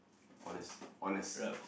honest honest